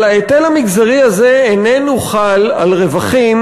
אבל ההיטל המגזרי הזה איננו חל על רווחים